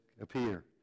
appear